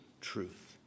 truth